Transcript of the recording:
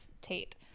Tate